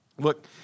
Look